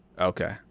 Okay